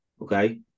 Okay